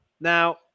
Now